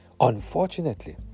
Unfortunately